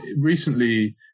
recently